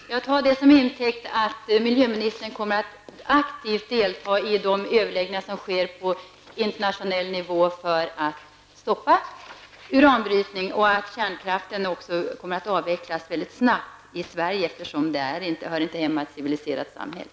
Herr talman! Jag tar det som en intäkt för att miljöministern kommer att aktivt delta i de överläggningar som sker på internationell nivå för att stoppa uranbrytning och för att kärnkraften också kommer att avvecklas väldigt snabbt i Sverige, eftersom den inte hör hemma i ett civiliserat samhälle.